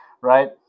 right